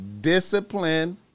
discipline